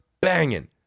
banging